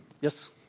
Yes